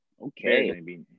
Okay